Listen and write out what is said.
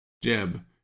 Jeb